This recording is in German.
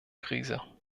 krise